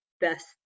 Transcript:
best